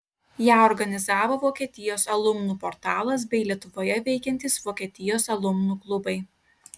ją organizavo vokietijos alumnų portalas bei lietuvoje veikiantys vokietijos alumnų klubai